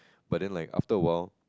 but then like after a while